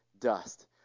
dust